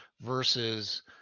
versus